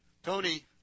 Tony